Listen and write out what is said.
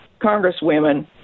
congresswomen